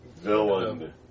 villain